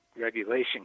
regulation